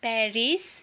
Paris